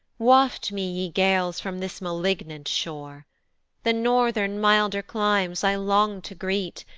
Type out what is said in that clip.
waft me, ye gales, from this malignant shore the northern milder climes i long to greet,